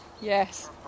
Yes